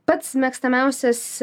pats mėgstamiausias